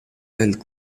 del